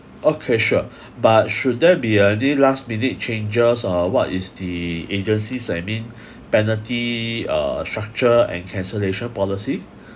okay sure but should there be any last minute changes uh what is the agency's I mean penalty uh structure and cancellation policy